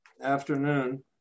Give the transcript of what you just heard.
afternoon